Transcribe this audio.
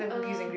uh